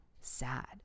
sad